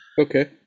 okay